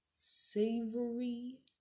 savory